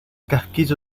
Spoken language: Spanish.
casquillo